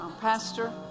Pastor